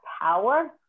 power